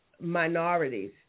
minorities